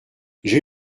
j’ai